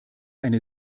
eine